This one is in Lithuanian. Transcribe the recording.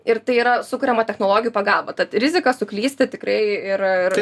ir tai yra sukuriama technologijų pagalba tad rizika suklysti tikrai ir